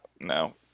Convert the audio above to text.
No